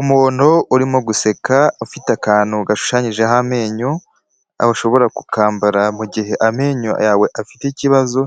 Umuntu urimo guseka, ufite akantu gashushanyijeho amenyo, ushobora kukambara mu gihe amenyo yawe afite ikibazo,